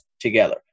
together